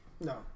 no